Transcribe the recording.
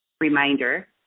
Reminder